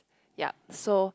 yup so